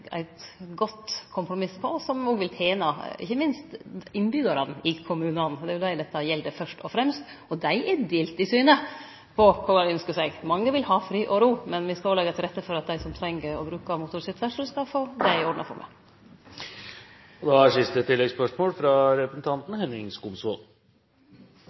eit godt kompromiss, som òg vil tene ikkje minst innbyggjarane i kommunane. Det er dei dette gjeld fyrst og fremst, og dei er delte i synet på kva dei ynskjer seg. Mange vil ha fred og ro, men me skal òg leggje til rette for at dei som treng å bruke motorisert ferdsel, skal få det i ordna